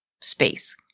space